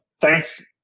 thanks